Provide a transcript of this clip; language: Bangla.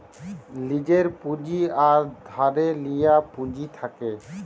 লীজের পুঁজি আর ধারে লিয়া পুঁজি থ্যাকে